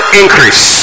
increase